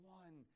one